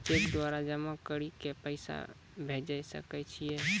Cheque द्वारा जमा करि के पैसा भेजै सकय छियै?